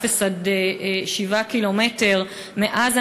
אפס עד 7 קילומטרים מעזה,